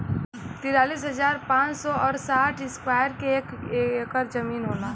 तिरालिस हजार पांच सौ और साठ इस्क्वायर के एक ऐकर जमीन होला